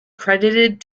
credited